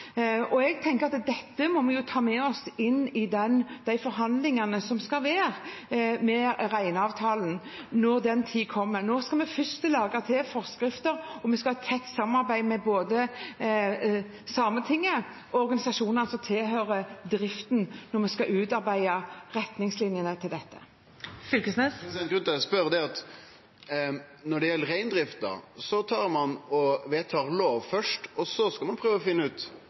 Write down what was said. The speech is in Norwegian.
og jeg tenker at det må vi ta med oss inn i forhandlingene om Reindriftsavtalen når den tid kommer. Nå skal vi først lage forskrifter, og vi skal ha et tett samarbeid med både Sametinget og organisasjoner som tilhører driften, når vi skal utarbeide retningslinjene for dette. Grunnen til at eg spør, er at når det gjeld reindrifta, vedtar ein ei lov først, og så skal ein prøve å finne ut